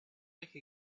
make